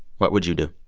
what would you do?